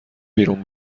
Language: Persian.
بیرون